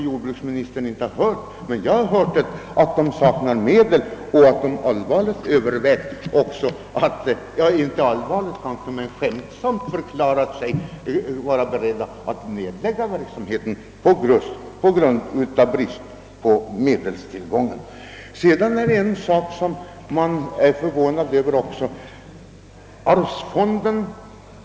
Jordbruksministern kanske inte känner till detta, men jag har hört att lantbruksnämnden saknar medel och att den allvarligt — kanske inte allvarligt men skämtsamt — förklarat sig beredd att nedlägga verksambeten just på grund av bristen på tillgångar. Det är även en annan sak som gjort mig förvånad.